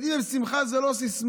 ילדים הם שמחה זה לא סיסמה,